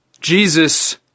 Jesus